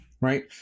Right